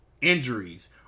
injuries